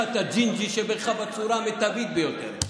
את הג'ינג'י שבך בצורה המיטבית ביותר.